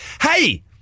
Hey